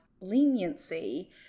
leniency